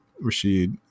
Rashid